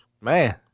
Man